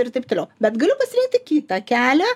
ir taip toliau bet galiu pasirinkti kitą kelią